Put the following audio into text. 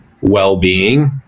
well-being